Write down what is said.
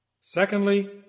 Secondly